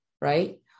right